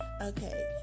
Okay